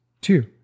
Two